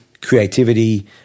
creativity